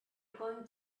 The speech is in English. going